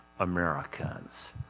Americans